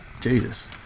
jesus